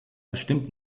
bestimmt